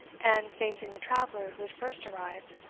and, facing the traveller who had first arrived,